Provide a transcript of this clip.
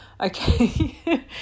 Okay